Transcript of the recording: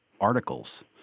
articles